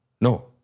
No